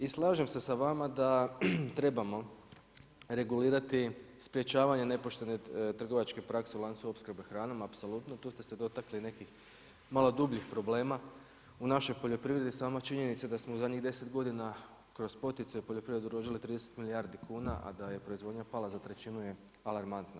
I slažem se sa s vama da trebamo regulirati sprečavanje nepoštene trgovačke prakse u lancu opskrbe hranom, apsolutno, tu ste se dotakli nekih malo dubljih problema. u našoj poljoprivredi sama činjenica da smo u zadnjih 10 godina kroz poticaj u poljoprivredi, uložili 30 milijardi kuna a da je proizvodnja pala za trećinu je alarmantna.